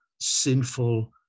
sinful